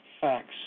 facts